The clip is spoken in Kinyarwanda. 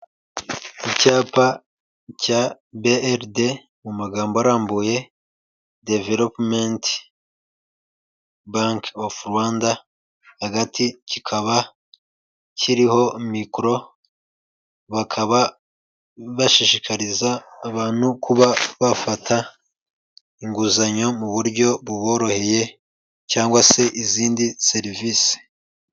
Icyapa cya beyeride mu magambo araambuye developumenti banki ovu Rwanda, hagati kikaba kiriho micro bakaba bashishikariza abantu kuba bafata inguzanyo mu buryo buboroheye cyangwa se izindi serivisi.